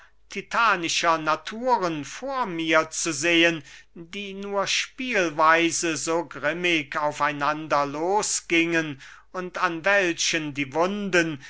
titanischer naturen vor mir zu sehen die nur spielweise so grimmig auf einander los gingen und an welchen die wunden